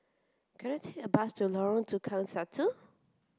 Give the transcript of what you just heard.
can I take a bus to Lorong Tukang Satu